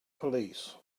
police